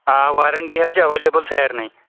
آ وارَنٹی حظ چھِ ایویلیبٕل سارنی